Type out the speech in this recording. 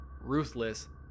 ruthless